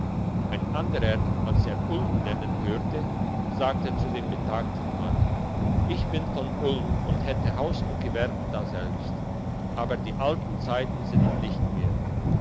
ein anderer als er ulm nennen hörte sagte zu dem betagten mann ich bin von ulm und hätte haus und gewerb daselbst aber die alten zeiten sind nicht mehr